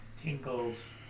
tingles